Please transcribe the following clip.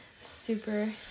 super